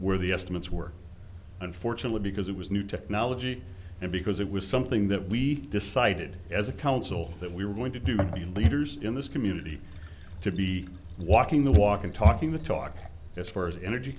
where the estimates were unfortunately because it was new technology and because it was something that we decided as a council that we were going to do the leaders in this community to be walking the walk and talking the talk as far as energy